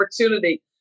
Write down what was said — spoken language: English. opportunity